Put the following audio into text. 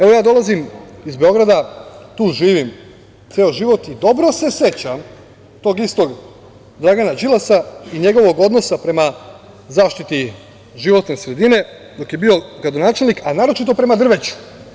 Evo, ja dolazim iz Beograda, tu živim ceo život, i dobro se sećam to istog Dragana Đilasa i njegovog odnosa prema zaštiti životne sredine dok je bio gradonačelnik, a naročito prema drveću.